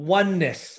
oneness